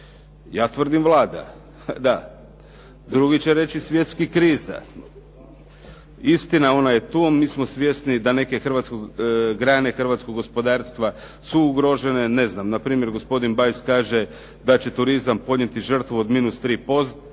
Ja tvrdim Vlada. Drugi će reći svjetska kriza. Istina, ona je tu, mi smo svjesni da neke grane hrvatskog gospodarstva su ugrožene. Na primjer, gospodin Bajs kaže da će turizam podnijeti žrtvu od minus 3%, možda